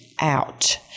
out